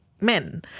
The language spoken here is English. men